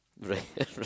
Right